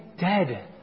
dead